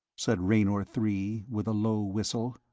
said raynor three, with a low whistle.